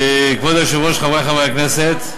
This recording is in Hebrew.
כבוד היושב-ראש, חברי חברי הכנסת,